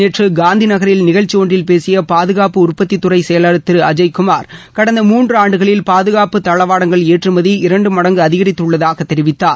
நேற்று காந்திநகரில் நிகழ்ச்சி ஒன்றில் பேசிய பாதுகாப்பு உற்பத்தி துறை செயல் திரு அஜய்குமார் கடந்த மூன்று ஆண்டுகளில் பாதுகாப்பு தடவாடங்கள் ஏற்றுமதி இரண்டு மடங்கு அதிகரித்துள்ளதாகத் தெரிவித்தார்